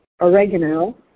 oregano